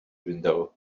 window